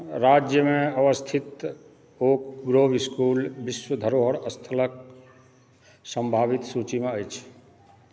राज्यमे अवस्थित Oak Grove School विश्व धरोहर स्थलक सम्भावित सूचीमे अछि